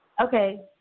Okay